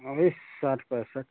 अभी साठ पैसठ